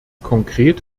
konkret